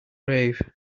brave